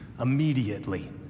immediately